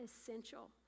essential